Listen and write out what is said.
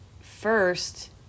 first